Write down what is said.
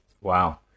Wow